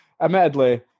Admittedly